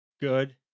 good